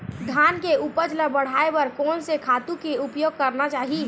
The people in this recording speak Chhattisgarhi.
धान के उपज ल बढ़ाये बर कोन से खातु के उपयोग करना चाही?